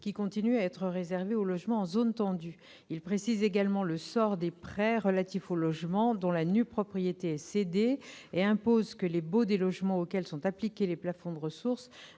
qui continue à être réservé aux logements en zones tendues. Il précise également le sort des prêts relatifs aux logements dont la nue-propriété est cédée et impose que les baux des logements auxquels sont appliqués les plafonds de ressources